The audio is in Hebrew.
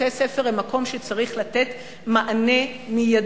בתי-ספר הם מקום שצריך לתת מענה מיידי.